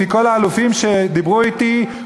לפי כל האלופים שדיברו אתי,